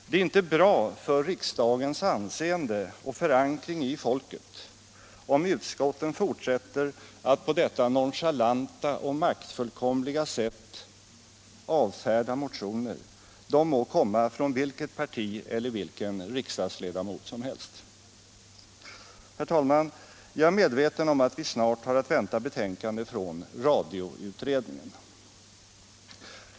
Det är inte bra för riksdagens anseende och förankring inom folket, om utskotten fortsätter att på detta nonchalanta och maktfullkomliga sätt av färda motioner, de må komma från vilket parti eller vilken riksdagsledamot som helst. Herr talman! Jag är medveten om att vi snart har att vänta ett betänkande från radioutredningen.